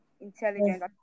intelligent